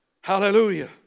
Hallelujah